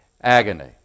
agony